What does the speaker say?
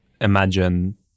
imagine